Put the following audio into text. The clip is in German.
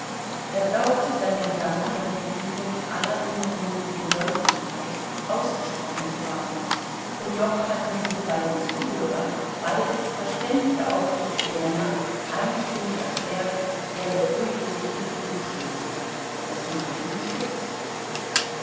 er glaubte seine gedanken und gefühle mit aller ihm nur möglichen deutlichkeit ausgesprochen zu haben und doch hatten diese beiden zuhörer beides verständige aufrichtige männer einstimmig erklärt er beruhige sich mit trugschlüssen das machte ihn stutzig